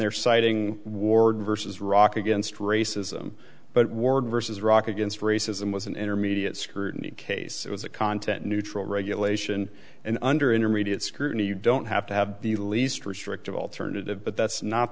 citing ward versus rock against racism but ward versus rock against racism was an intermediate scrutiny case it was a content neutral regulation and under intermediate scrutiny you don't have to have the least restrictive alternative but that's not